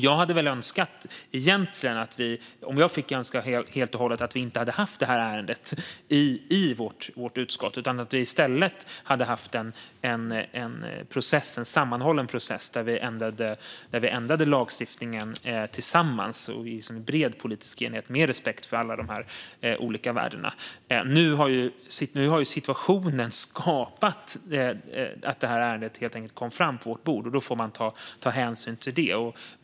Jag hade egentligen önskat att vi inte hade haft detta ärende i vårt utskott utan att vi i stället hade haft en sammanhållen process där vi ändrade lagstiftningen tillsammans, i bred politisk enighet och med respekt för alla olika värden. Nu har situationen skapat att ärendet hamnade på vårt bord, och då får man ta hänsyn till det.